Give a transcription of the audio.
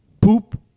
Poop